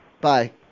Bye